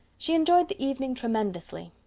she enjoyed the evening tremendously,